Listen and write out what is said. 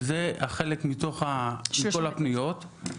שזה החלק מכל הפניות,